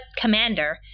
Commander